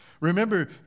Remember